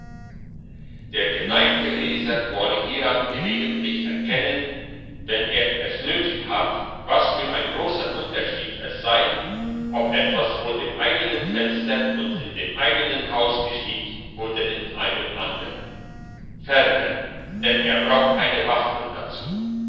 der geneigte leser wolle hieran gelegentlich erkennen wenn er es nötig hat was für ein großer unterschied es sei ob etwas vor dem eigenen fenster und in dem eigenen haus geschieht oder in einem andern ferner denn es braucht keine wachtel dazu